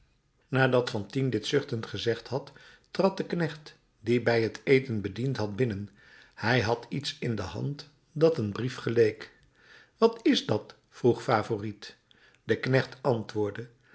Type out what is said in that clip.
nadat fantine dit zuchtend gezegd had trad de knecht die bij het eten bediend had binnen hij had iets in de hand dat een brief geleek wat is dat vroeg favourite de knecht antwoordde